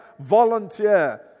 volunteer